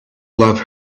love